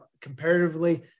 comparatively